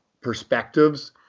perspectives